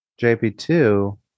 JP2